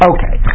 Okay